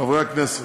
חברי הכנסת,